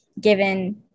given